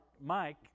Mike